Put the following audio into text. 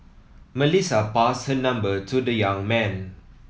Melissa passed her number to the young man